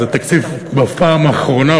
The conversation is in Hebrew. זה תקציב שבפעם האחרונה,